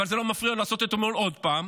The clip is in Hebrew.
אבל זה לא מפריע לו לעשות אתמול עוד פעם,